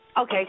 okay